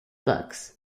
books